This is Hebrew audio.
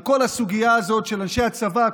על כל הסוגיה הזאת של אנשי הצבא.